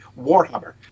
Warhammer